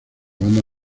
banda